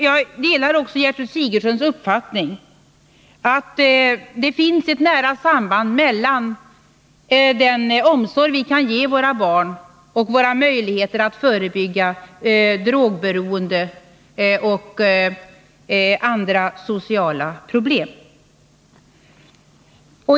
Jag delar också Gertrud Sigurdsens uppfattning att det finns ett nära samband mellan den omsorg vi kan ge våra barn och våra möjligheter att förebygga drogberoende och andra sociala problem.